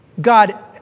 God